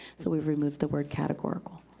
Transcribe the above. so we've removed the word categorical.